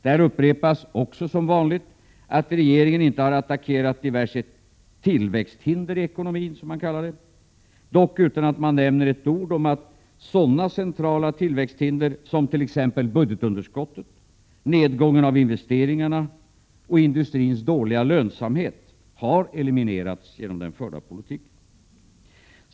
Där upprepas — också som vanligt — att regeringen inte har attackerat diverse s.k. tillväxthinder i ekonomin, dock utan att de nämner ett ord om att sådana centrala tillväxthinder som t.ex budgetunderskottet, nedgången i investeringarna och industrins dåliga lönsamhet har eliminerats genom den förda politiken.